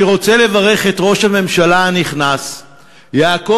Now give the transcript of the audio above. אני רוצה לברך את ראש הממשלה הנכנס יעקב